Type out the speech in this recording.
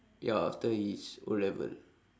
ya after his O-level